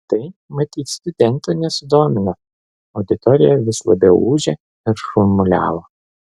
tai matyt studentų nesudomino auditorija vis labiau ūžė ir šurmuliavo